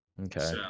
Okay